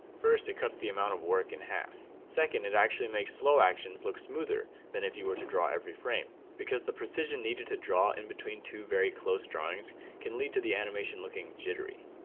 first it cuts the amount of work in half. second it actually makes slow actions look smoother than if you were to draw every frame. because the precision needed to draw in between two very close drawings can lead to the animation looking jittery.